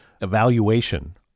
evaluation